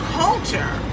culture